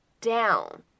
down